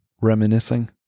reminiscing